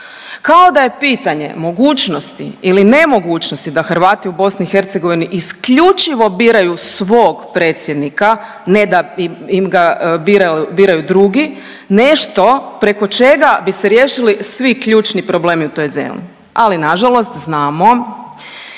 Kao da je pitanje mogućnosti ili nemogućnosti da Hrvati u BiH isključivo biraju svog predsjednika ne da im ga biraju drugi nešto preko čega bi se riješili svi ključni problemi u toj zemlji. Ali nažalost znamo